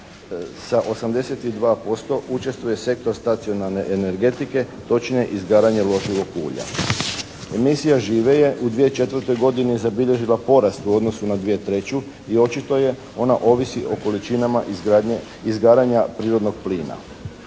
sa 82% učestvuje sektor stacionarne energetike, točnije izgaranje loživog ulja. Emisija žive je u 2004. godini zabilježila porast u odnosu na 2003. i očito je ona ovisi o količinama izgaranja prirodnog plina.